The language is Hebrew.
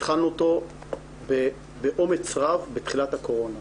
התחלנו אותו באומץ רב בתחילת הקורונה.